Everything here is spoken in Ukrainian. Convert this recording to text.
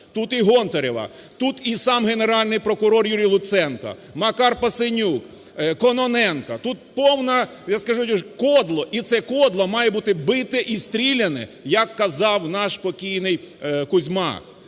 Тут і Гонтарева, тут і сам Генеральний прокурор Юрій Луценко, Макар Пасенюк, Кононенко, тут повне, я скажу, кодло, і це кодло має бути бите і стріляне, як казав наш покійний Кузьма.